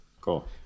Cool